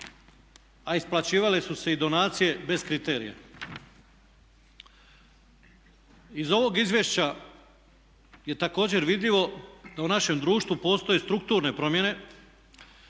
a isplaćivale su se i donacije bez kriterija. Iz ovog izvješća je također vidljivo da u našem društvu postoje strukturne promjene,